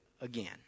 again